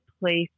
place